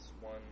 one